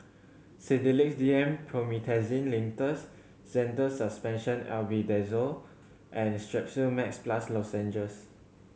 Sedilix D M Promethazine Linctus Zental Suspension Albendazole and Strepsils Max Plus Lozenges